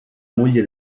moglie